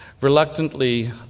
Reluctantly